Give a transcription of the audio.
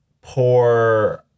poor